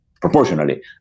Proportionally